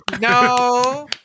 No